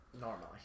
Normally